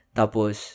tapos